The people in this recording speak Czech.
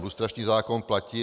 Lustrační zákon platí.